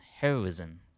heroism